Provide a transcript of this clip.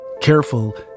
careful